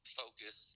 focus